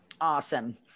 Awesome